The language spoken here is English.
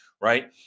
right